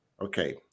okay